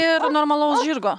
ir normalaus žirgo